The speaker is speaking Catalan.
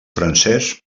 francès